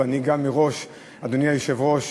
אדוני היושב-ראש,